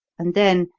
and then,